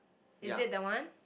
is it that one